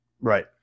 Right